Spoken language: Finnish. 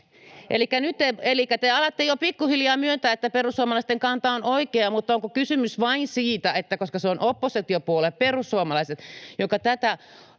Elikkä te alatte jo pikkuhiljaa myöntää, että perussuomalaisten kanta on oikea, mutta onko kysymys vain siitä, että koska se on oppositiopuolue perussuomalaiset, joka tämän